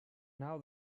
now